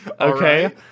Okay